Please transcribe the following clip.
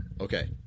okay